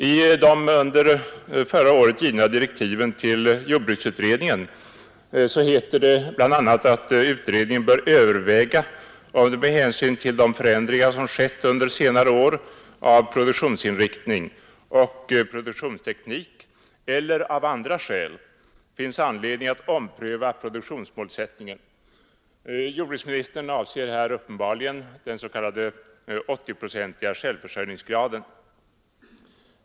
I de under förra året givna direktiven till jordbruksutredningen heter det bl.a. att utredningen bör överväga om det med hänsyn till de förändringar som skett under senare år i fråga om produktionsinriktning och produktionsteknik eller av andra skäl finns anledning att ompröva produktionsmålsättningen. Jordbruksministern avser här uppenbarligen den s.k. 80-procentiga självförsörjningsgraden.